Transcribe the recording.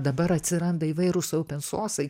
dabar atsiranda įvairūs aupensosai